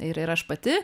ir ir aš pati